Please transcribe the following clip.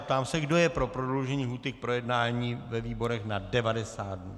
Ptám se, kdo je pro prodloužení lhůty k projednání ve výborech na 90 dnů.